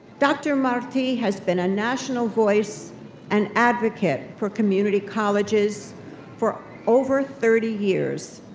dr. marti has been a national voice and advocate for community colleges for over thirty years,